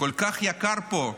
כל כך יקר פה,